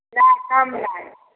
नहि कम नहि